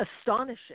astonishing